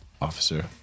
officer